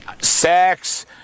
sex